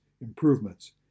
improvements